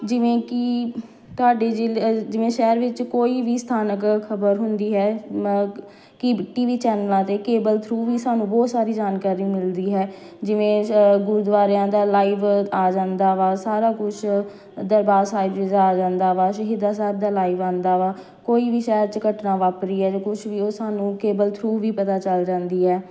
ਜਿਵੇਂ ਕਿ ਤੁਹਾਡੀ ਜਿਲ ਜਿਵੇਂ ਸ਼ਹਿਰ ਵਿੱਚ ਕੋਈ ਵੀ ਸਥਾਨਕ ਖ਼ਬਰ ਹੁੰਦੀ ਹੈ ਕਿ ਟੀ ਵੀ ਚੈਨਲਾਂ 'ਤੇ ਕੇਬਲ ਥਰੂ ਵੀ ਸਾਨੂੰ ਬਹੁਤ ਸਾਰੀ ਜਾਣਕਾਰੀ ਮਿਲਦੀ ਹੈ ਜਿਵੇਂ ਸ ਗੁਰਦੁਆਰਿਆਂ ਦਾ ਲਾਈਵ ਆ ਜਾਂਦਾ ਵਾ ਸਾਰਾ ਕੁਛ ਦਰਬਾਰ ਸਾਹਿਬ ਜਿਸ ਆ ਜਾਂਦਾ ਵਾ ਸ਼ਹੀਦਾਂ ਸਾਹਿਬ ਦਾ ਲਾਈਵ ਆਉਂਦਾ ਵਾ ਕੋਈ ਵੀ ਸ਼ਹਿਰ ਚ ਘਟਨਾ ਵਾਪਰੀ ਹੈ ਜਾਂ ਕੁਛ ਵੀ ਉਹ ਸਾਨੂੰ ਕੇਬਲ ਥਰੂ ਵੀ ਪਤਾ ਚੱਲ ਜਾਂਦੀ ਹੈ